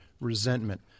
resentment